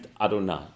Adonai